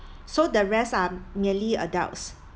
so the rest are merely adults